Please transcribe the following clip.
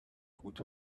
gut